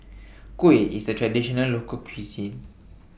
Kuih IS A Traditional Local Cuisine